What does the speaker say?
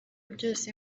byose